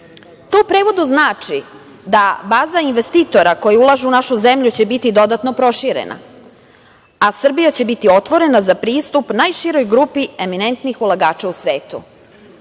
u prevodu znači da baza investitora koji ulažu u našu zemlju će biti dodatno proširena, a Srbija će biti otvorena za pristup najširoj grupi eminentnih ulagača u svetu.U